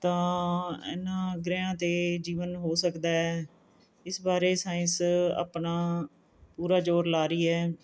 ਤਾਂ ਇਨ੍ਹਾਂ ਗ੍ਰਹਿਆਂ 'ਤੇ ਜੀਵਨ ਹੋ ਸਕਦਾ ਹੈ ਇਸ ਬਾਰੇ ਸਾਇੰਸ ਆਪਣਾ ਪੂਰਾ ਜ਼ੋਰ ਲਾ ਰਹੀ ਹੈ